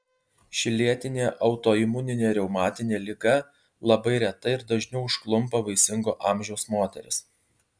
ši lėtinė autoimuninė reumatinė liga labai reta ir dažniau užklumpa vaisingo amžiaus moteris